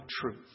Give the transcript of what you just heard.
truth